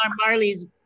Marley's